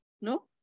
No